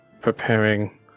preparing